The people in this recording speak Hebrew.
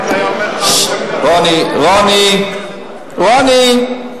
רוני, רוני.